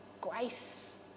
grace